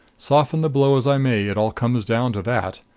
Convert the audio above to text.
soften the blow as i may, it all comes down to that.